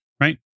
right